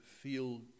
feel